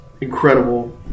incredible